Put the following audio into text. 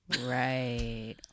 Right